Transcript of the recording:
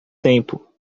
tempo